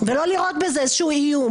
ולא לראות בה איזשהו איום.